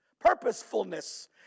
purposefulness